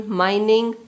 mining